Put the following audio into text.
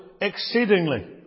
exceedingly